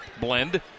blend